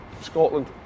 Scotland